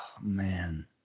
man